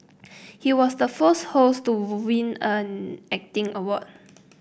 he was the first host to win an acting award